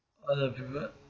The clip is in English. other people